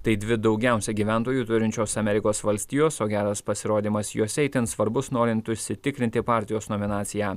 tai dvi daugiausia gyventojų turinčios amerikos valstijos o geras pasirodymas jose itin svarbus norint užsitikrinti partijos nominaciją